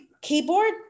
keyboard